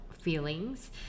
feelings